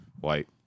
White